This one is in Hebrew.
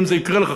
אם זה יקרה לך,